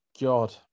God